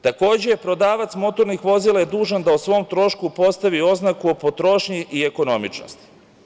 Takođe, prodavac motornih vozila je dužan da o svom trošku postavi oznaku o potrošnji i ekonomičnosti.